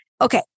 Okay